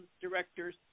directors